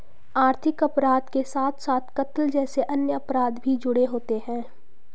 आर्थिक अपराध के साथ साथ कत्ल जैसे अन्य अपराध भी जुड़े होते हैं